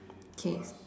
okay